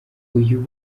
uyu